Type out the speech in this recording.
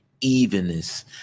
Evenness